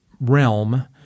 realm